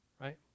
right